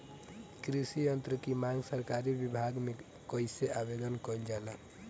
कृषि यत्र की मांग सरकरी विभाग में कइसे आवेदन कइल जाला?